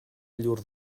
llur